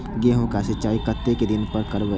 गेहूं का सीचाई कतेक दिन पर करबे?